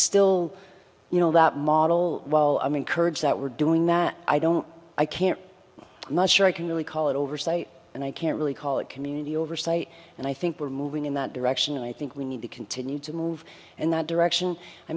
still you know that model while i'm encouraged that we're doing that i don't i can't i'm not sure i can really call it oversight and i can't really call it community oversight and i think we're moving in that direction and i think we need to continue to move in that direction i